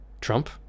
Trump